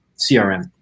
CRM